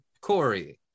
Corey